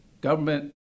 government